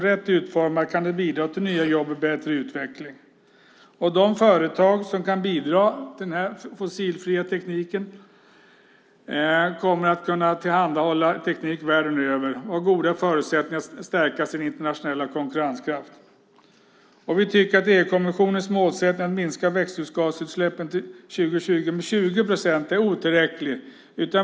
Rätt utformad kan den bidra till nya jobb och bättre utveckling. De företag som kan bidra till den fossilfria tekniken kommer att kunna tillhandahålla teknik världen över och har goda förutsättningar att stärka sin internationella konkurrenskraft. Vi tycker att EU-kommissionens målsättning om att minska växthusgasutsläppen till 2020 med 20 procent är otillräcklig.